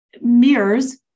mirrors